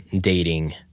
dating